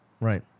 right